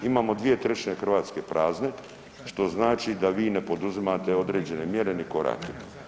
Imamo 2/3 Hrvatske prazne što znači da vi ne poduzimate određene mjere ni korake.